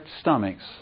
stomachs